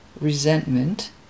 resentment